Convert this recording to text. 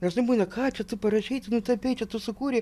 dažnai būna ką čia tu parašei tu nutapei čia tu sukūrei